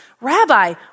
Rabbi